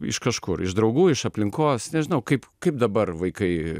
iš kažkur iš draugų iš aplinkos nežinau kaip kaip dabar vaikai